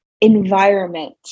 environment